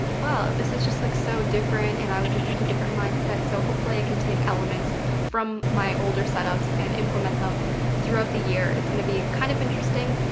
wow, this is just like so different and i was in such a different mindset. so hopefully i can take elements from my older setups and implement them throughout the year. it's gonna be kind of interesting.